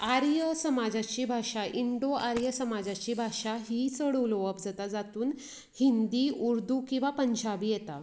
आर्य समाजाची भाशा इंडो आर्य समाजाची भाशा ही चड उलेवप जाता जातून हिन्दी उर्दू किंवा पंजाबी येता